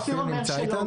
אופיר אומר שלא.